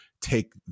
take